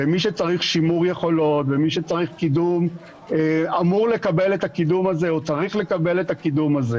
ומי שצריך שימור יכולות ומי שצריך קידום אמור וצריך לקבל את הקידום הזה.